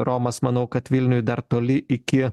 romas manau kad vilniui dar toli iki